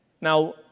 Now